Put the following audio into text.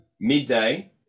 Midday